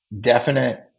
definite